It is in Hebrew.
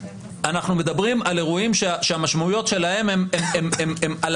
אנחנו מדברים על אירועים שהמשמעויות שלהם הן על